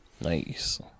Nice